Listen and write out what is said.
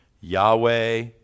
Yahweh